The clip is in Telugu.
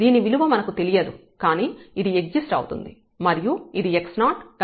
దీని విలువ మనకు తెలియదు కానీ ఇది ఎగ్జిస్ట్ అవుతుంది మరియు ఇది x0 x0h ల మధ్య ఉంటుంది